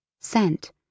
scent